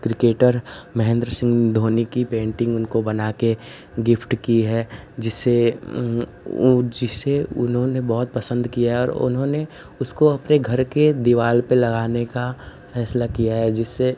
cricketer Mahendra Singh Dhoni कि painting उनको बना के गिफ्ट की है जिसे उन्होंने बहुत पसंद किया है उन्होंने उसको अपने घर ले दीवार पर लगाने का फैसला किया है जिससे